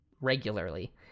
regularly